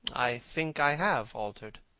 i think i have altered.